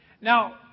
Now